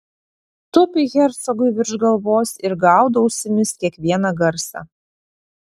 tupi hercogui virš galvos ir gaudo ausimis kiekvieną garsą